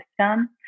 system